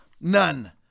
none